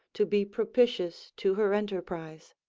to be propitious to her enterprise.